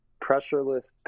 pressureless